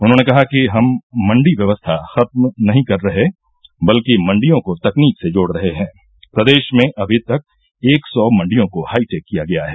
उन्होंने कहा कि हम मंडी व्यवस्था खत्म नही कर रहे बल्कि मंडियों को तकनीक से जोड़ रहे हैं प्रदेश में अमी तक एक सौ मंडियों को हाईटेक किया गया है